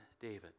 David